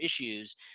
issues